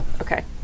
Okay